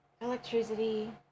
electricity